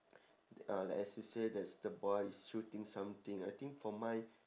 uh the associate is the boy is shooting something I think for mine